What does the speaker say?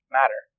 matter